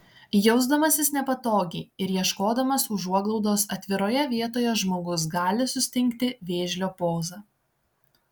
jausdamasis nepatogiai ir ieškodamas užuoglaudos atviroje vietoje žmogus gali sustingti vėžlio poza